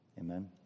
Amen